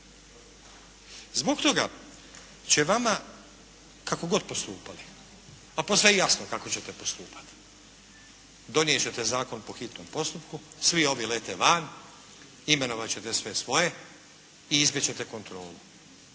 Zbog toga će vama kako god postupali, a posve je jasno kako ćete postupati, donijet ćete zakon po hitnom postupku, svi ovi lete van, imenovat ćete sve svoje i izbjeći ćete kontrolu,